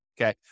okay